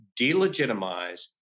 delegitimize